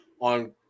on